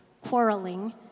quarreling